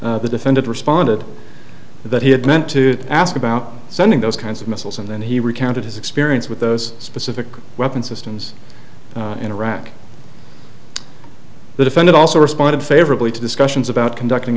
missiles the defendant responded that he had meant to ask about sending those kinds of missiles and then he recounted his experience with those specific weapon systems in iraq they defended also responded favorably to discussions about conducting